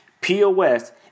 POS